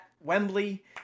wembley